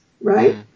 Right